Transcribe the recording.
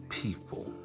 people